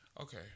Okay